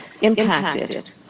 impacted